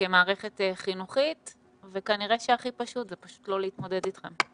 כמערכת חינוכית וכנראה שהכי פשוט זה פשוט לא להתמודד איתכם.